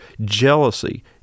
jealousy